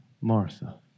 Martha